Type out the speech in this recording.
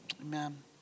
Amen